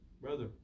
Brother